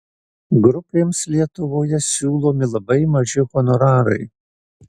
grupėms lietuvoje siūlomi labai maži honorarai